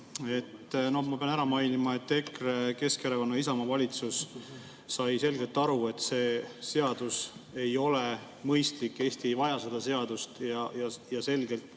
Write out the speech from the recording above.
Ma pean mainima, et EKRE, Keskerakonna ja Isamaa valitsus sai selgelt aru, et see seadus ei ole mõistlik. Eesti ei vaja seda seadust ja selgelt